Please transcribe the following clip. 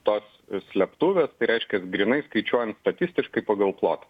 tos slėptuvės tai reiškias grynai skaičiuojant statistiškai pagal plotą